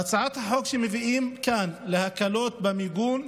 בהצעת החוק שמביאים כאן להקלות במיגון,